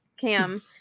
Cam